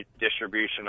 distribution